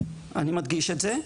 אני מדגיש את זה,